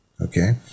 Okay